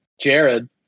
Jared